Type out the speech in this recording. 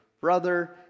brother